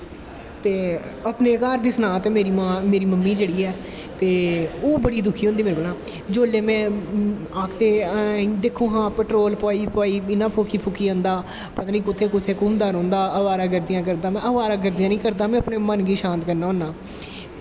अपनें घर दे सनां ते मेरी मम्मी जेह्ड़ी ऐ ते ओह् बड़ी दुखी होंदी मेरे कोला जिसले में आखदे दिक्खो हां पैट्रोल पाई पाई इयां फूकी औंदा पता नी कुत्थें कुत्थें घूमदा रौंह्दा आवारागर्दियां करदा रौंह्दा महां आवारागर्दियां नी करनां होना अपने मन गी शांत करनां होनां